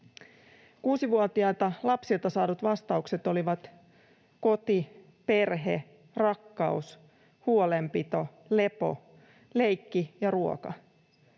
Kuusivuotiailta lapsilta saadut vastaukset olivat koti, perhe, rakkaus, huolenpito, lepo, leikki ja ruoka.